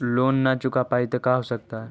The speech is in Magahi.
लोन न चुका पाई तो का हो सकता है?